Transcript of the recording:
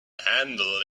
handle